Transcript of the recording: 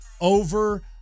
over